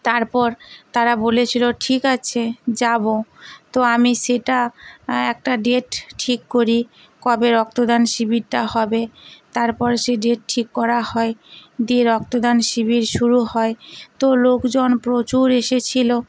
তারপর তারা বলেছিলো ঠিক আছে যাবো তো আমি সেটা একটা ডেট ঠিক করি কবে রক্তদান শিবিরটা হবে তারপর সে ডেট ঠিক করা হয় দিয়ে রক্তদান শিবির শুরু হয় তো লোকজন প্রচুর এসেছিলো